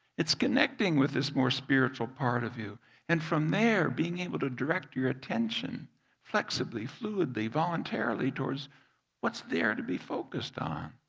connecting with this more spiritual part of you and from there being able to direct your attention flexibly, fluidly, voluntarily towards what's there to be focused on.